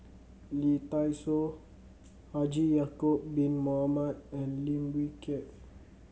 Lee Dai Soh Haji Ya'acob Bin Mohamed and Lim Wee Kiak